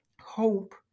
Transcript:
hope